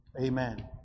Amen